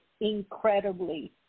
incredibly